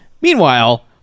meanwhile